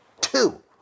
two